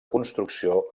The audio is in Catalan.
construcció